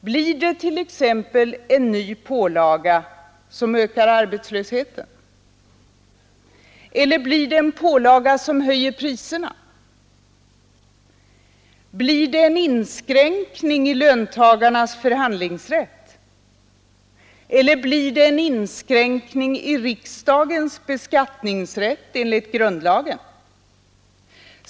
Blir det t.ex. en ny pålaga som ökar arbetslösheten eller blir det en pålaga som höjer priserna? Blir det en inskränkning i löntagarnas förhandlingsrätt eller blir det en inskränkning i riksdagens beskattningsrätt enligt grundlagen?